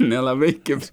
nelabai kibs